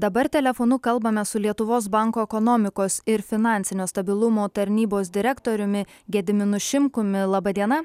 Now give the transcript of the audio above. dabar telefonu kalbame su lietuvos banko ekonomikos ir finansinio stabilumo tarnybos direktoriumi gediminu šimkumi laba diena